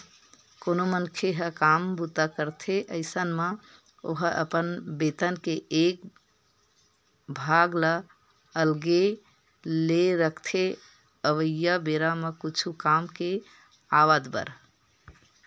कोनो मनखे ह काम बूता करथे अइसन म ओहा अपन बेतन के एक भाग ल अलगे ले रखथे अवइया बेरा म कुछु काम के आवब बर